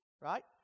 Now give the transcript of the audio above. Right